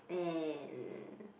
and